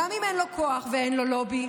גם אם אין לו כוח ואין לו לובי,